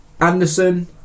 Anderson